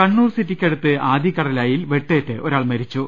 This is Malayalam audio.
കണ്ണൂർ സിറ്റിക്കടുത്ത് ആദികടലായിയിൽ വെട്ടേറ്റ് ഒരാൾ മരി ച്ചു